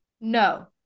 No